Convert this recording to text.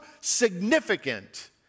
significant